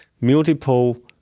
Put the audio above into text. multiple